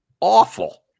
awful